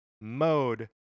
mode